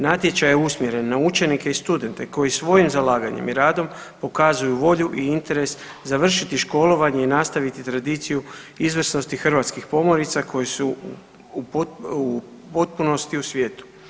Natječaj je usmjeren na učenike i studente koji svojim zalaganjem i radom pokazuju volju i interes završiti školovanje i nastaviti tradiciju izvrsnosti hrvatskih …/nerazumljivo/… koji su u potpunosti u svijetu.